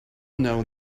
know